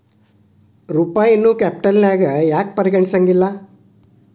ರೂಪಾಯಿನೂ ಕ್ಯಾಪಿಟಲ್ನ್ಯಾಗ್ ಯಾಕ್ ಪರಿಗಣಿಸೆಂಗಿಲ್ಲಾ?